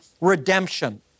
redemption